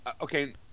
Okay